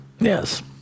Yes